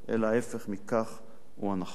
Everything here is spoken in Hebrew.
אלא ההיפך מכך הוא הנכון.